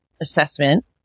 assessment